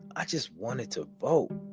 i just wanted to vote.